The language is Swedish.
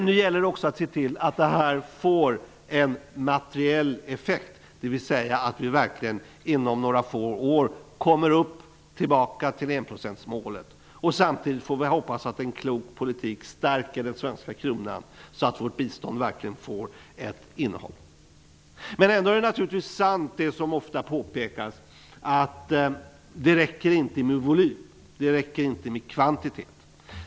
Nu gäller det att också se till att det här får en materiell effekt, dvs. att vi verkligen inom några få år kommer tillbaka till enprocentsmålet. Vi får hoppas att en klok politik samtidigt stärker den svenska kronan, så att vårt bistånd verkligen får ett innehåll. Det är naturligtvis sant som ofta påpekas att det inte räcker med volym, med kvantitet.